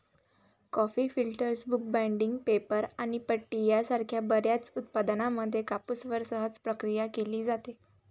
coffee filters, book binding, paper आणि पट्टी यासारख्या बर्याच उत्पादनांमध्ये कापूसवर सहज प्रक्रिया केली जाते